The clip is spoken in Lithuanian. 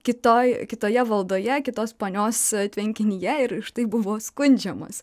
kitoj kitoje valdoje kitos ponios tvenkinyje ir už tai buvo skundžiamos